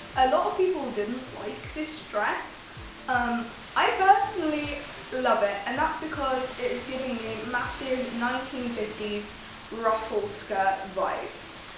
a lot of people didn't like this dress um i personally love it and that's because it is giving me massive eighteen fifty s ruffle skirt vibes.